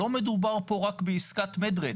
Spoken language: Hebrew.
לא מדובר פה רק בעסקת red med,